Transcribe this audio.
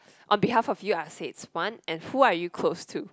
on behalf of you I say its one and who are you close to